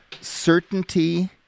certainty